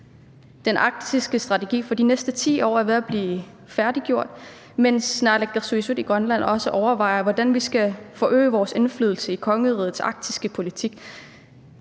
Den arktiske strategi for de næste 10 år er ved at blive færdiggjort, mens naalakkersuisut i Grønland også overvejer, hvordan vi skal øge vores indflydelse i kongerigets arktiske politik.